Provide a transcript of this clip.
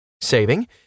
Saving